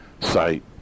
site